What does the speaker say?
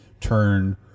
turn